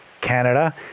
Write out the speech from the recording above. canada